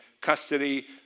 custody